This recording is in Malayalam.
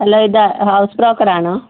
ഹലോ ഇത് ഹൗസ് ബ്രോക്കർ ആണോ